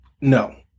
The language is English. No